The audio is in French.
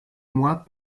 mois